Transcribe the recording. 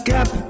Gap